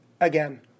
Again